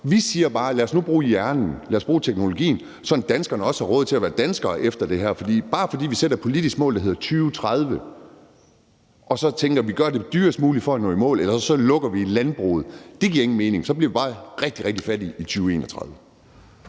siger bare: Lad os nu bruge hjernen; lad os bruge teknologien, sådan at danskerne også har råd til at være danskere efter det her. For bare fordi vi sætter et politisk mål om, at det skal være i 2030, så tænker vi, at vi når i mål, og vi tænker, at vi skal gøre det dyrest mulige for at nå i mål, eller også lukker vi landbruget. Dét giver ingen mening. Så bliver vi bare rigtig, rigtig fattige i 2031.